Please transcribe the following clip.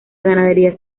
ganadería